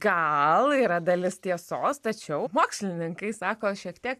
gal yra dalis tiesos tačiau mokslininkai sako šiek tiek